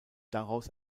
daraus